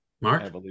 mark